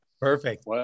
Perfect